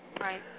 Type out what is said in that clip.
Right